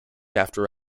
after